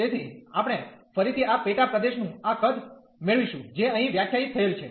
તેથી આપણે ફરીથી આ પેટા પ્રદેશનું આ કદ મેળવીશું જે અહીં વ્યાખ્યાયિત થયેલ છે